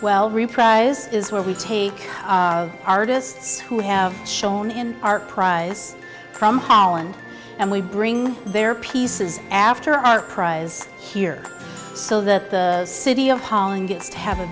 well reprisal is where we take artists who have shown in art prize from holland and we bring their pieces after our prize here so that the city of ha